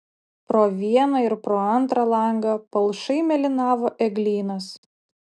pro vieną ir pro antrą langą palšai mėlynavo eglynas